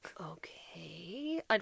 okay